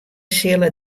sille